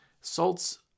Salts